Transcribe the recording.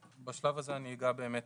בשלב הזה אני אגע באמת